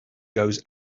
goes